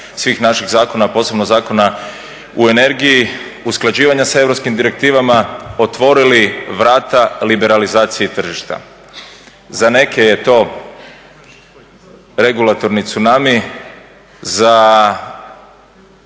svih naših zakona, a posebno zakona u energiji usklađivanja sa europskim direktivama otvorili vrata liberalizaciji tržišta. Za neke je to regulatorni tsunami, za